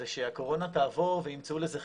זה שהקורונה תעבור וימצאו לזה חיסון,